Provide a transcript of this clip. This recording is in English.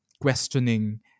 questioning